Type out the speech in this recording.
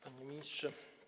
Panie Ministrze!